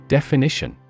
Definition